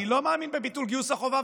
אני לא מאמין בביטול גיוס החובה,